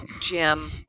Jim